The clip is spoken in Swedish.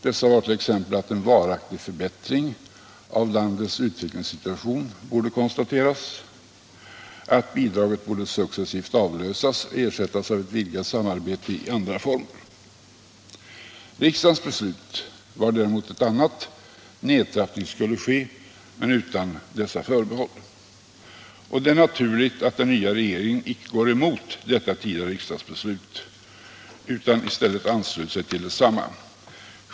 Dessa var t.ex. att en varaktig förbättring av landets utvecklingssituation borde konstateras samt att bidraget borde successivt avlösas och ersättas av ett vidgat samarbete i andra former. Riksdagens beslut var däremot ett annat — nedtrappning skulle ske, men utan förbehåll. Och det är naturligt att den nya regeringen icke går emot detta tidigare riksdagsbeslut utan i stället ansluter sig till detsamma.